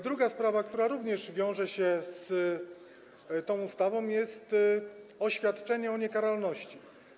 Druga sprawa, która również wiąże się z tą ustawą, to oświadczenie o niekaralności.